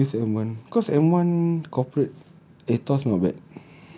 use still use M one cause M one corporate AETOS not bad